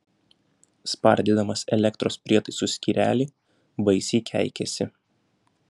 spardydamas elektros prietaisų skyrelį baisiai keikėsi